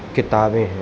किताबें हैं